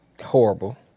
horrible